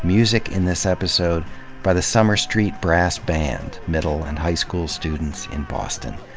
music in this episode by the summer street brass band, middle and high school students in boston.